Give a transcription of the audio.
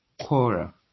Quora